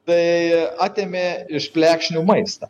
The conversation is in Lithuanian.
tai atėmė iš plekšnių maistą